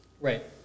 Right